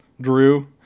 Drew